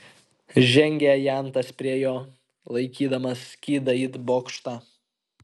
žengė ajantas prie jo laikydamas skydą it bokštą